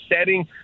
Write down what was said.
setting